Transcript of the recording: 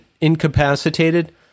incapacitated